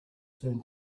turn